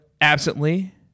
absently